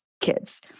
kids